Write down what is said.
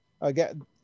Again